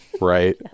Right